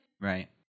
Right